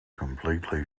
completely